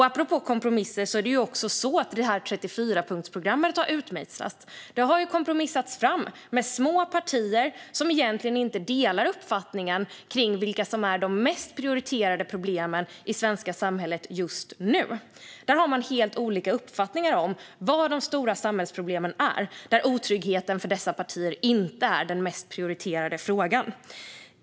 Apropå kompromisser har också det 34-punktsprogram som har utmejslats kompromissats fram med små partier som egentligen inte delar uppfattningen om vilka som är de mest prioriterade problemen i det svenska samhället just nu. Man har helt olika uppfattningar om vilka de stora samhällsproblemen är, och otryggheten är för dessa partier inte den mest prioriterade frågan.